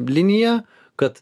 liniją kad